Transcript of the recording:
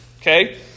okay